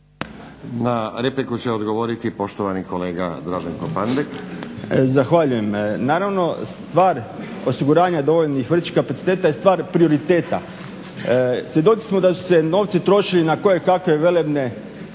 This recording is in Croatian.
Na repliku će odgovoriti poštovani kolega Draženko Pandek. **Pandek, Draženko (SDP)** Zahvaljujem. Naravno, stvar osiguranja dovoljnih vrtićkih kapaciteta je stvar prioriteta. Svjedoci smo da su se novci trošili na kojekakve velebne